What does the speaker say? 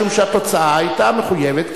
משום שהתוצאה היתה מחויבת,